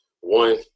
one